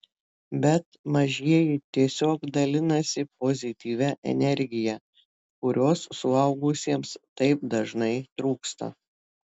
bet mažieji tiesiog dalinasi pozityvia energija kurios suaugusiems taip dažnai trūksta